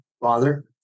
father